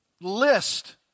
list